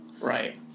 Right